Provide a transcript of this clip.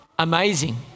amazing